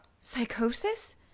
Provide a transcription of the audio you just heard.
psychosis